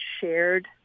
shared